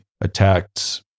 attacks